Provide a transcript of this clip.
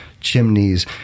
chimneys